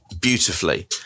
beautifully